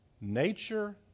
Nature